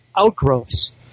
outgrowths